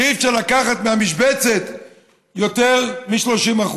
שאי-אפשר לקחת מהמשבצת יותר מ-30%.